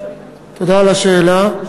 תודה על השאלה.